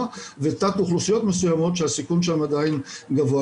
ותת אוכלוסיות מסוימות שהסיכון שם עדיין גבוה.